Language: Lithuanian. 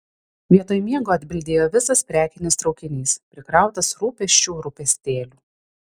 vietoj miego atbildėjo visas prekinis traukinys prikrautas rūpesčių rūpestėlių